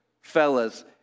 Fellas